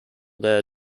there